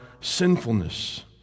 sinfulness